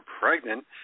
pregnant